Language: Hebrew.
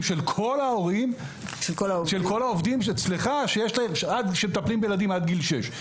של כל העובדים שאצל ראש העיר שמטפלים בילדים עד גיל שש.